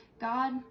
God